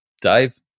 Dave